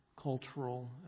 cultural